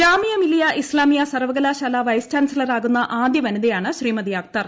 ജാമിയ മിലിയ ഇസ്താമിയ സർവ്വകലാശാല വൈസ് ചാൻസലറാകുന്ന ആദ്യ വനിതയാണ് ശ്രീമതി അഖ്തർ